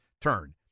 turn